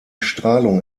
strahlung